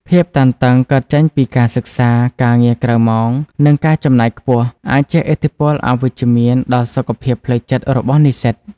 ភាពតានតឹងកើតចេញពីការសិក្សា ការងារក្រៅម៉ោង និងការចំណាយខ្ពស់ អាចជះឥទ្ធិពលអវិជ្ជមានដល់សុខភាពផ្លូវចិត្តរបស់និស្សិត។